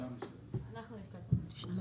אנחנו נבדוק.